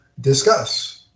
discuss